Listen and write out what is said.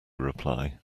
reply